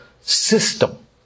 system